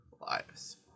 lives